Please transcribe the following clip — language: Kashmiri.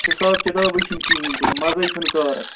حساب کِتاب چھُنہٕ کِہیٖنۍ تِنہٕ مَزٕے چھُنہٕ کارَس